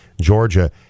Georgia